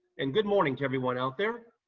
and good morning to everyone out there.